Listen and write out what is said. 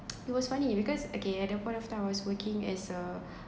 it was funny because okay at that point of time I was working as a